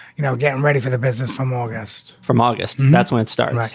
you know, getting ready for the business from august, from august. and that's when it started. like